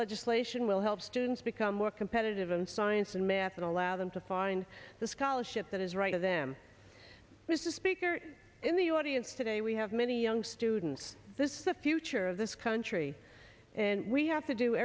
legislation will help students become more competitive in science and math and allow them to find the scholarship that is right for them this is speaker in the audience today we have many young students this is the future of this country and we have to do